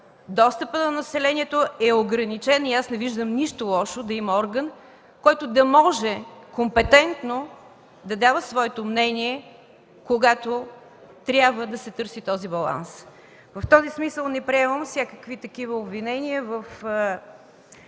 достъпът на населението е ограничен и аз не виждам нищо лошо да има орган, който да може компетентно да дава своето мнение, когато трябва да се търси този баланс. В този смисъл не приемам всякакви такива обвинения в